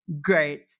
great